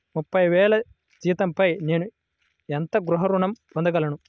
ముప్పై వేల జీతంపై నేను ఎంత గృహ ఋణం పొందగలను?